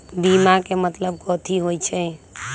बीमा के मतलब कथी होई छई?